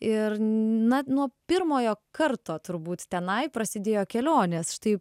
ir na nuo pirmojo karto turbūt tenai prasidėjo kelionės štai